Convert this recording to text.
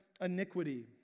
iniquity